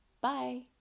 Bye